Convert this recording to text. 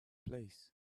place